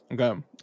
Okay